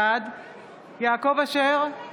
בעד יעקב אשר,